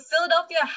Philadelphia